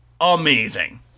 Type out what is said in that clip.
Amazing